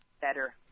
better